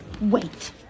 Wait